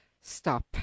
stop